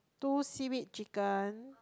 two seaweed chicken